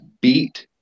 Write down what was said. beat